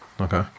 Okay